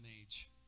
age